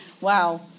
Wow